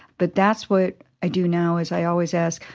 but that's what i do now as i always ask,